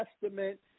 Testament